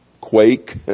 quake